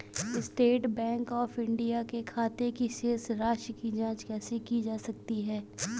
State bank of India के खाते की शेष राशि की जॉंच कैसे की जा सकती है?